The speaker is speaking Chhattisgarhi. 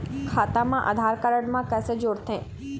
खाता मा आधार कारड मा कैसे जोड़थे?